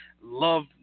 Love